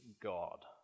God